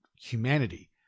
humanity